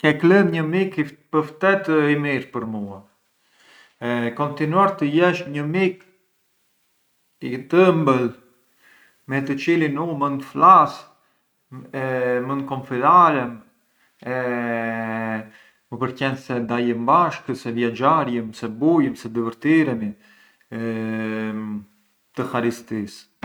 Ke klënë një mik pë ftet i mirë për mua, kontinuar të jeç një mik i tëmbël, me të çilin u mënd flas, mënd konfidharem e më përqen se dajëm bashkë, se viaxharjëm, se bujëm, se divërtiremi e të haristis.